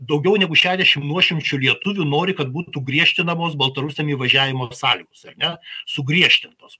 daugiau negu šešiadešim nuošimčių lietuvių nori kad būtų griežtinamos baltarusiam įvažiavimo sąlygos ar ne sugriežtintos o